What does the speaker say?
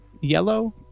yellow